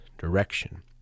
direction